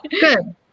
Good